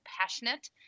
passionate